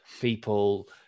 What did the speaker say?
people